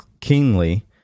keenly